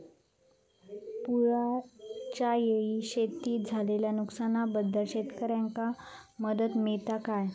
पुराच्यायेळी शेतीत झालेल्या नुकसनाबद्दल शेतकऱ्यांका मदत मिळता काय?